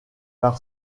par